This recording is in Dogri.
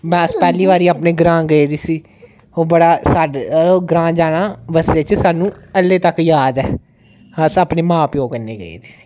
बस पैह्ली बारी अपने ग्रांऽ गेदे सी ओह् बड़ा साड्ढा ओह् ग्रांऽ जाना बस्सै च सानू हल्ले तक याद ऐ अस अपने मां प्यौ कन्नै गे सी